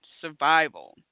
survival